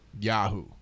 Yahoo